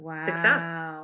success